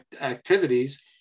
activities